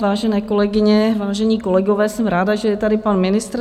Vážené kolegyně, vážení kolegové, jsem ráda, že je tady pan ministr.